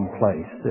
place